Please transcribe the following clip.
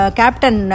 captain